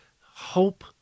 hope